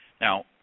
Now